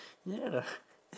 ya